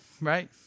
right